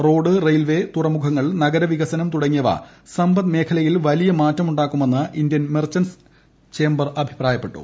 road railway തുറമുഖങ്ങൾ നഗരവികസനം തുടങ്ങിയവ സമ്പദ്വൃവസ്ഥയിൽ വലിയ മാറ്റമുണ്ടാക്കുമെന്ന് ഇന്ത്യൻ മെർച്ചന്റ്സ് ചേംബർ അഭിപ്രായപ്പെട്ടു